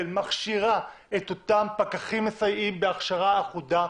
מכשירה את אותם פקחים מסייעים בהכשרה אחודה.